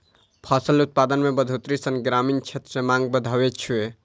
फसल उत्पादन मे बढ़ोतरी सं ग्रामीण क्षेत्र मे मांग बढ़ै छै